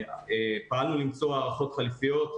פעלנו למצוא הערכות חליפיות,